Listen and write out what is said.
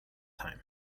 time